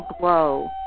glow